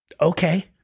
Okay